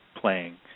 playing